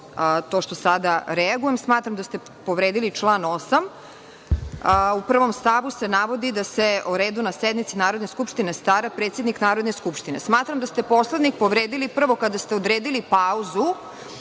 to što sada reagujem. Smatram da ste povredili član 8. U prvom stavu se navodi da se o redu na sednici Narodne skupštine stara predsednik Narodne skupštine. Smatram da ste Poslovnik povredili prvo kada ste odredili pauzu